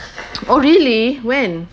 oh really when